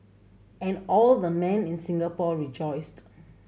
and all the men in Singapore rejoiced